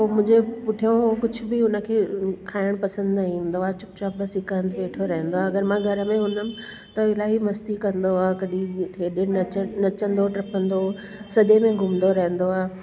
पोइ मुंहिंजे पुठियो कुझु बि उनखे खाइण पसंदि न ईंदो आहे चुप चाप बसि हिकु हंधि वेठो रहंदो आहे अगरि मां घर में हूंदमि त इलाही मस्ती कंदो कॾहिं हे एॾे नच नचंदो टपंदो सॼे में घुमंदो रहंदो आहे